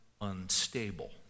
unstable